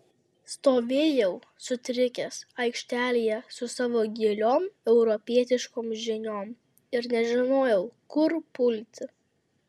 stovėjau sutrikęs aikštelėje su savo giliom europietiškom žiniom ir nežinojau kur pulti